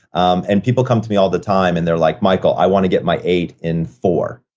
um and people come to me all the time, and they're like, michael, i want to get my eight in four.